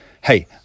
Hey